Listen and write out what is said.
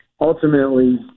ultimately